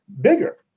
bigger